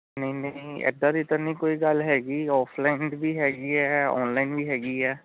ਨਹੀਂ ਨਹੀਂ ਇੱਦਾਂ ਦੀ ਤਾਂ ਨਹੀਂ ਕੋਈ ਗੱਲ ਹੈਗੀ ਆਫਲਾਈਨ ਵੀ ਹੈਗੀ ਹੈ ਆਨਲਾਈਨ ਵੀ ਹੈਗੀ ਹੈ